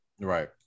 Right